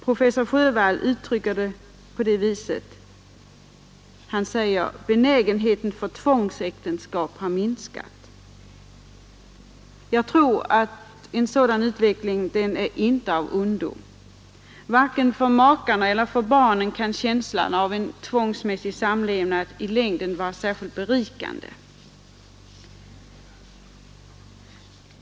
Professor Sjövall uttrycker det så här: ”Benägenheten för tvångsäktenskap har minskat.” Jag tror att en sådan utveckling inte är av ondo. Varken för makarna eller för barnen kan känslan av tvångsmässig samlevnad i längden vara särskild berikande.